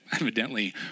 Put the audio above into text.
Evidently